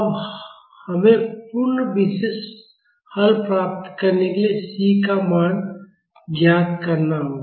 अब हमें पूर्ण विशेष हल प्राप्त करने के लिए C का मान ज्ञात करना होगा